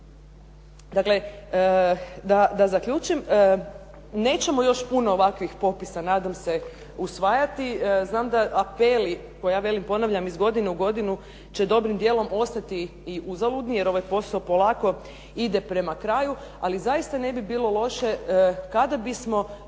Dakle, da zaključim. Nećemo još puno ovakvih popisa nadam se usvajati. Znam da apeli koje ja, velim ponavljam iz godine u godinu će dobrim dijelom ostati i uzaludni, jer ovaj posao polako ide prema kraju, ali zaista ne bi bilo loše kada bismo